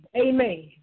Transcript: Amen